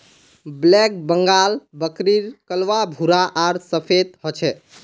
black Bengal बकरीर कलवा भूरा आर सफेद ह छे